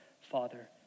Father